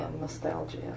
nostalgia